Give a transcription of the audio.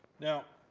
now,